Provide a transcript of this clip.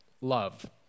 love